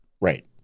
Right